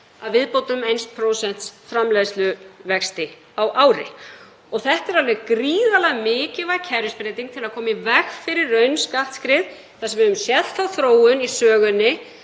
að viðbættum 1% framleiðsluvexti á ári. Þetta er alveg gríðarlega mikilvæg kerfisbreyting til að koma í veg fyrir raunskattskrið þar sem við höfum séð þá þróun í sögunni